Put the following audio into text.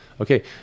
okay